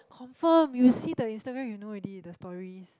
confirm you see the Instagram you know already the stories